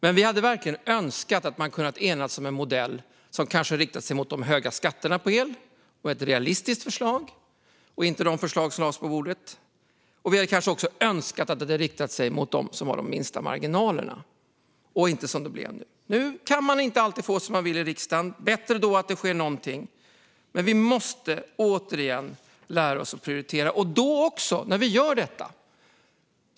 Men vi hade verkligen önskat att man hade kunnat enas om en modell som riktar sig mot de höga skatterna på el och som var ett realistiskt förslag, inte som det som lades på bordet. Vi hade kanske också önskat att det hade riktat sig mot dem som har de minsta marginalerna och inte så som det nu blev. Man kan inte alltid få som man vill i riksdagen, och då det är bättre att det sker något alls. Men återigen: Vi måste lära oss att prioritera när vi gör detta.